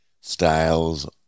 Styles